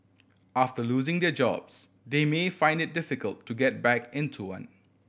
after losing their jobs they may find it difficult to get back into one